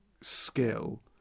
skill